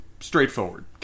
Straightforward